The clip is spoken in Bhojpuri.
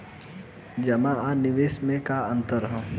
जमा आ निवेश में का अंतर ह?